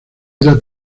era